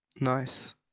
Nice